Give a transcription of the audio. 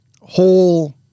whole